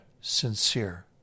Sincere